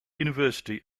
university